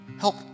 Help